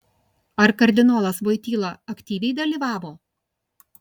ar kardinolas voityla aktyviai dalyvavo